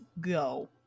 go